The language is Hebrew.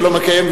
שלא מקיים,